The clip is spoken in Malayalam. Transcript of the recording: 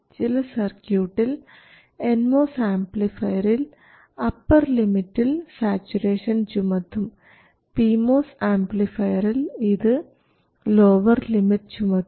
ചില സർക്യൂട്ടിൽ എൻ മോസ് ആംപ്ലിഫയറിൽ അപ്പർ ലിമിറ്റിൽ സാച്ചുറേഷൻ ചുമത്തും പി മോസ് ആംപ്ലിഫയറിൽ ഇത് ലോവർ ലിമിറ്റ് ചുമത്തും